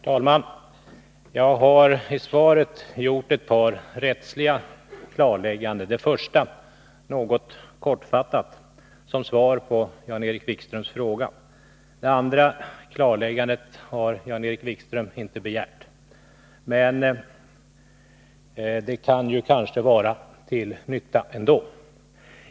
Herr talman! Jag har i svaret gjort ett par rättsliga klarlägganden, det första något kortfattat som svar på Jan-Erik Wikströms fråga. Det andra klarläggandet har Jan-Erik Wikström inte begärt, men det kan ju vara till nytta ändå.